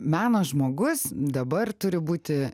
meno žmogus dabar turi būti